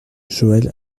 joël